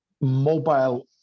mobile